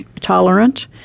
tolerant